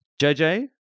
JJ